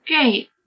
Great